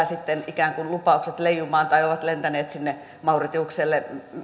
sitten ikään kuin lupaukset leijumaan tai ovat lentäneet sinne mauritiukselle